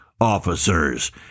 officers